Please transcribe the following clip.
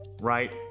right